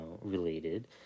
related